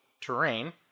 terrain